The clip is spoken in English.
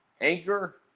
Anchor